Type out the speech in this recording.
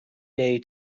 day